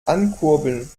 ankurbeln